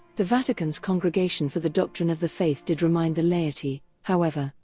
the vatican's congregation for the doctrine of the faith did remind the laity, however,